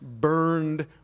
burned